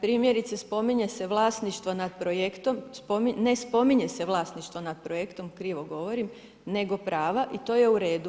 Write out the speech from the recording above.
Primjerice, spominje se vlasništvo nad projektom, ne spominje se vlasništvo nad projektom, krivo govorim, nego prava i to je u redu.